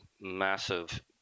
massive